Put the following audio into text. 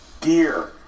gear